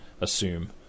assume